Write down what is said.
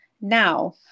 now